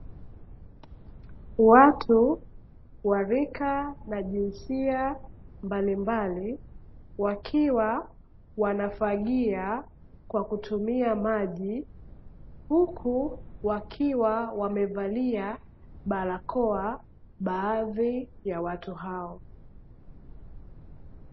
Watu wa rika na jinsia mbalimbali, wakiwa wanafagia kwa kutumia maji, huku wakiwa wamevalia barakoa baadhi ya watu hao.